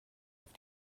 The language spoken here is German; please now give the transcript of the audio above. auf